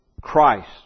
Christ